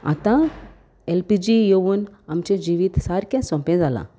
आतां L P G येवन आमचें जिवीत सारकें सोंपें जालां